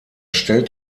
stellt